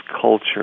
culture